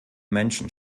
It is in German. menschen